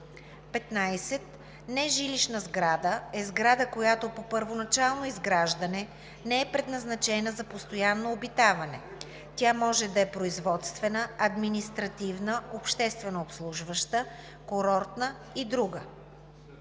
15. „Нежилищна сграда“ е сграда, която по първоначално изграждане не е предназначена за постоянно обитаване. Тя може да е производствена, административна (обществено-обслужваща), курортна и друга.